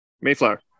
Mayflower